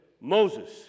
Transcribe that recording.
Moses